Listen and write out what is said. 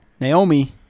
Naomi